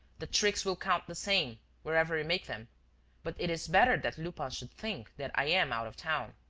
the tricks will count the same, wherever we make them but it is better that lupin should think that i am out of town.